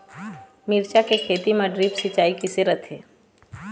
मिरचा के खेती म ड्रिप सिचाई किसे रथे?